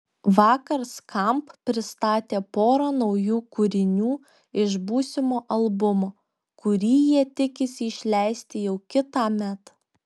vakar skamp pristatė porą naujų kūrinių iš būsimo albumo kurį jie tikisi išleisti jau kitąmet